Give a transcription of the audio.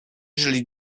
żyli